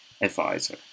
advisor